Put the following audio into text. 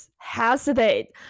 hesitate